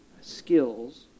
skills